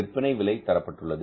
விற்பனை விலை தரப்பட்டுள்ளது